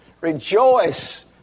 Rejoice